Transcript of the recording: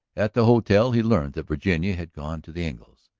at the hotel he learned that virginia had gone to the engles.